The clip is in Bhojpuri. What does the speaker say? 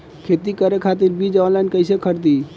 खेती करे खातिर बीज ऑनलाइन कइसे खरीदी?